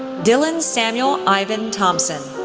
dylan samuel ivan thomson,